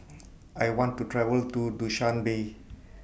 I want to travel to Dushanbe